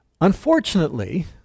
Unfortunately